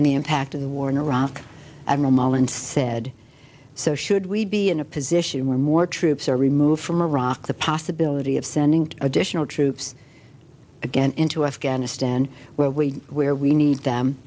the impact of the war in iraq imo mullen said so should we be in a position where more troops are removed from iraq the possibility of sending additional troops again into afghanistan where we where we need them